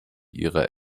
ihre